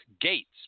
gates